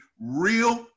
real